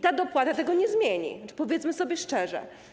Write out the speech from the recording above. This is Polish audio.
Ta dopłata tego nie zmieni, powiedzmy sobie to szczerze.